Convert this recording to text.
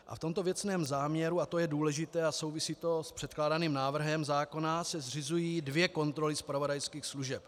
A v tomto věcném záměru, a to je důležité a souvisí to s předkládaným návrhem zákona, se zřizují dvě kontroly zpravodajských služeb.